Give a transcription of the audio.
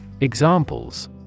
Examples